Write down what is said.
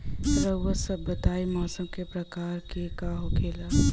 रउआ सभ बताई मौसम क प्रकार के होखेला?